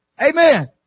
Amen